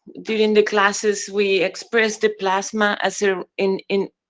during the classes we express the plasma as a in, in,